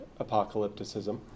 apocalypticism